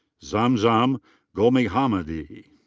zamzam golmohammadi.